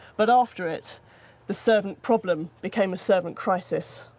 but after it the servant problem became a servant crisis.